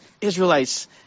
Israelites